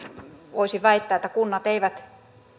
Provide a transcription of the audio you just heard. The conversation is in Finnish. voisin väittää että kunnat eivät